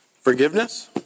Forgiveness